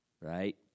right